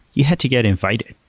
you had to get invited.